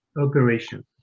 operation